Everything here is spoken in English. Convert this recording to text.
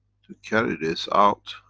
to carry this out.